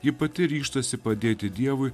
ji pati ryžtasi padėti dievui